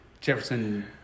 Jefferson